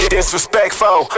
Disrespectful